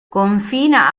confina